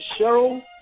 Cheryl